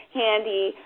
handy